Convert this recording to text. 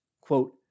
quote